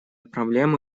проблемы